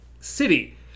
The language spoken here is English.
city